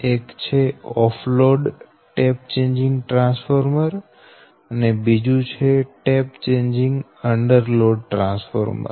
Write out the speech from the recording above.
એક છે off load tap changing transformer અને બીજું છે tap changing under load transformer